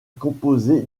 composé